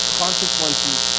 consequences